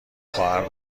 خواهر